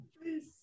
Please